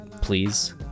please